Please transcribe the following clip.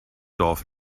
dorf